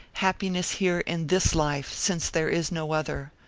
happiness here in this life, since there is no other!